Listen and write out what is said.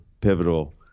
pivotal